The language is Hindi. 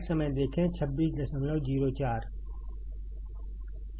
VGS VT VT कॉन्स्टेंट है